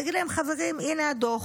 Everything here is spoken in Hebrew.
להגיד להם: חברים, הינה הדוח,